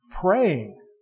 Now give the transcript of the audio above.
Praying